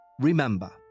remember